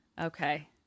Okay